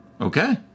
okay